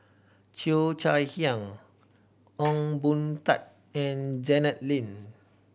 Cheo Chai Hiang Ong Boon Tat and Janet Lim